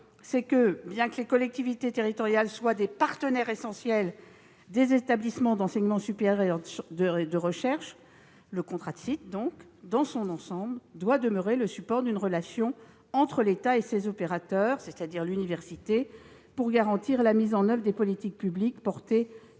Enfin, bien que les collectivités territoriales soient des partenaires essentiels des établissements d'enseignement supérieur et de recherche, nous considérons que le contrat de site, dans son ensemble, doit demeurer le support de la relation entre l'État et ses opérateurs, c'est-à-dire les universités, pour garantir la mise en oeuvre des politiques publiques menées